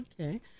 Okay